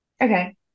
Okay